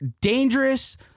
dangerous